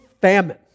famine